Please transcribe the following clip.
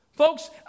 Folks